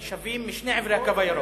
שווים, משני עברי "הקו הירוק"?